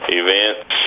events